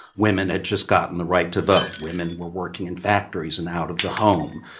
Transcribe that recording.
women had just gotten the right to vote. women were working in factories and out of the home.